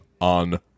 on